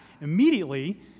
immediately